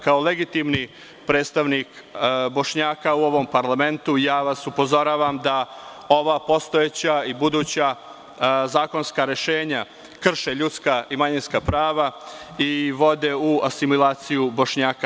Kao legitimni predstavnik Bošnjaka u ovom parlamentu, upozoravam vas da ova postojeća i buduća zakonska rešenja krše ljudska i manjinska prava i vode u asimilaciju Bošnjaka.